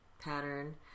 pattern